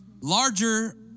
larger